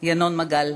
ינון מגל.